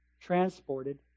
transported